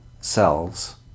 cells